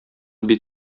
бит